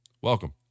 Welcome